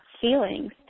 feelings